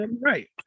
right